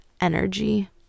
energy